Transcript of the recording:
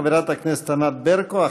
חברת הכנסת ענת ברקו.